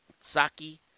Saki